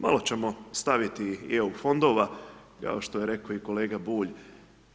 Malo ćemo staviti i EU fondova, kao što je rekao i kolega Bulj